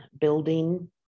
building